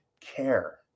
care